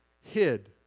hid